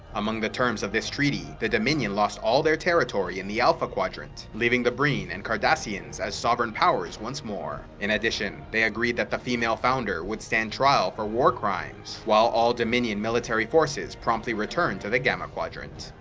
among the terms of this treaty, the dominion lost all their territory in the alpha quadrant leaving the breen and cardassians as sovereign powers once more. in addition, they agreed that the female founder would stand trial for war crimes, while all dominion military forces promptly returned to the gamma quadrant.